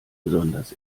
besonders